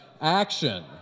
action